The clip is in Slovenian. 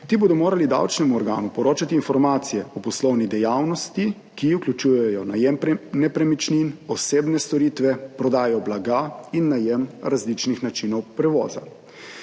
Ti bodo morali davčnemu organu poročati o informacijah o poslovni dejavnosti, ki vključujejo najem nepremičnin, osebne storitve, prodajo blaga in najem različnih načinov prevoza.